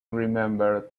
remembered